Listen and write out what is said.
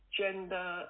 gender